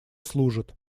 служат